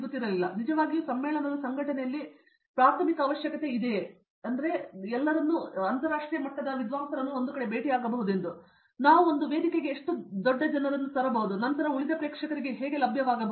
ಆದ್ದರಿಂದ ನಾವು ನಿಜವಾಗಿಯೂ ಸಮ್ಮೇಳನದ ಸಂಘಟನೆಯಲ್ಲಿ ಪ್ರಾಥಮಿಕ ಅವಶ್ಯಕತೆ ಇದೆಯೆಂದರೆ ನಾವು ಒಂದು ವೇದಿಕೆಗೆ ಎಷ್ಟು ದೊಡ್ಡ ಜನರನ್ನು ತರಬಹುದು ಮತ್ತು ನಂತರ ಉಳಿದ ಪ್ರೇಕ್ಷಕರಿಗೆ ಲಭ್ಯವಾಗಬಹುದು